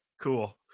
Cool